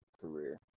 career